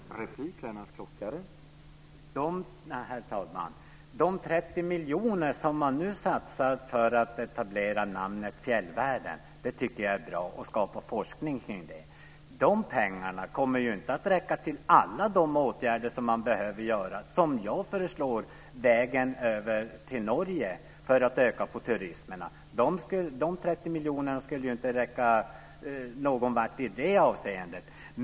Herr talman! De 30 miljoner som man nu satsar för att etablera namnet fjällvärlden och skapa forskning kring det tycker jag är bra. Dessa pengar kommer ju inte att räcka till alla de åtgärder som man behöver göra och som jag föreslår, t.ex. vägen över till Norge, för att öka turismen. Dessa 30 miljoner skulle ju inte räcka någonvart i det avseendet.